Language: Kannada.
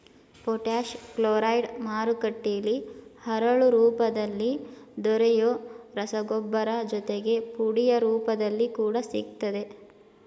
ಪೊಟ್ಯಾಷ್ ಕ್ಲೋರೈಡ್ ಮಾರುಕಟ್ಟೆಲಿ ಹರಳು ರೂಪದಲ್ಲಿ ದೊರೆಯೊ ರಸಗೊಬ್ಬರ ಜೊತೆಗೆ ಪುಡಿಯ ರೂಪದಲ್ಲಿ ಕೂಡ ಸಿಗ್ತದೆ